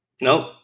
Nope